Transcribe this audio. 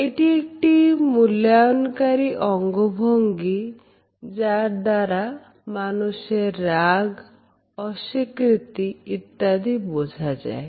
এটি একটি মূল্যায়নকারি অঙ্গভঙ্গি যার দ্বারা মানুষের রাগ অস্বীকৃতি ইত্যাদি বোঝা যায়